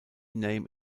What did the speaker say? name